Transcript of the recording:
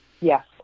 yes